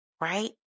Right